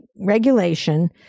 regulation